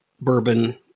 bourbon